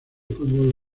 fútbol